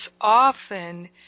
often